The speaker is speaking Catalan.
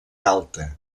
alta